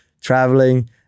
traveling